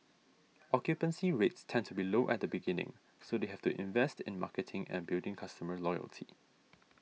occupancy rates tend to be low at the beginning so they have to invest in marketing and building customer loyalty